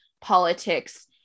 politics